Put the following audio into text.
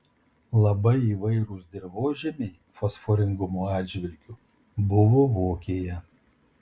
labai įvairūs dirvožemiai fosforingumo atžvilgiu buvo vokėje